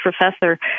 professor